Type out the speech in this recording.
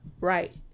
Right